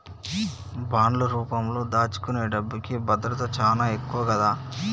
బాండ్లు రూపంలో దాచుకునే డబ్బుకి భద్రత చానా ఎక్కువ గదా